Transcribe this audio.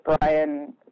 Brian